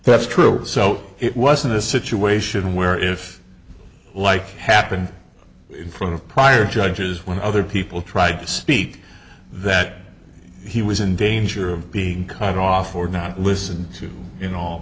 that's true so it wasn't a situation where if like happened in front of prior judges when other people tried to speak that he was in danger of being caught off or not listened to you know